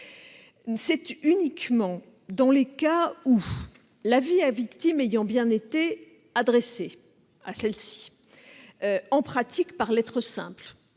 C'est uniquement dans les cas où l'avis à victime a bien été adressé à cette dernière- en pratique par lettre simple